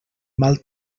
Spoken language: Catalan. mal